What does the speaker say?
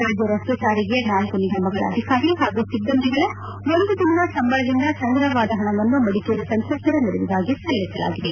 ರಾಜ್ದ ರಸ್ತೆ ಸಾರಿಗೆಯ ನಾಲ್ಕು ನಿಗಮಗಳ ಅಧಿಕಾರಿ ಹಾಗೂ ಸಿಬ್ಬಂದಿಗಳ ಒಂದು ದಿನದ ಸಂಬಳದಿಂದ ಸಂಗ್ರಹವಾದ ಹಣವನ್ನು ಮಡಿಕೇರಿ ಸಂತ್ರಸ್ಟರ ನೆರವಿಗಾಗಿ ಸಲ್ಲಿಸಲಾಗಿದೆ